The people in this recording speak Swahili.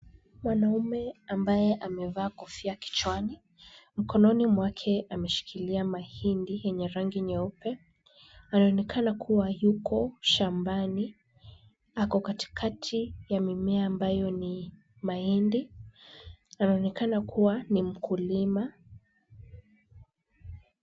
Mwanaume ambaye amevaa kofia kichwani. Mkononi mwake ameshikilia mahindi yenye rangi nyeupe. Anaonekana kuwa yuko shambani. Ako katikati ya mimea ambayo ni mahindi. Anaonekana kuwa ni mkulima.